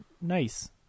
nice